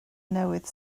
newydd